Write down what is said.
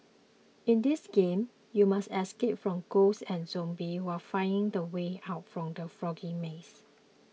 in this game you must escape from ghosts and zombies while finding the way out from the foggy maze